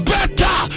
Better